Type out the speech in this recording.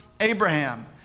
Abraham